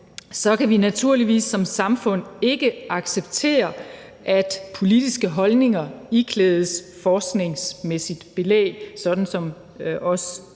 kan vi naturligvis som samfund ikke acceptere, at politiske holdninger iklædes forskningsmæssigt belæg, sådan som